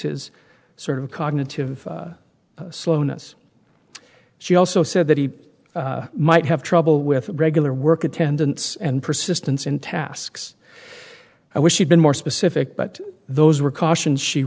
his sort of cognitive slowness she also said that he might have trouble with regular work attendance and persistence in tasks i wish she'd been more specific but those were cautions she